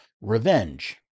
revenge